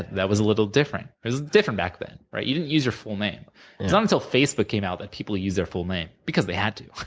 that was a little different. it was different, back then. right? you didn't use your full name. it's not until facebook came out that people used their full name, because they had to,